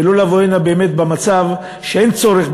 ולא לבוא הנה באמת במצב שאין צורך,